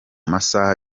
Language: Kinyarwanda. masaha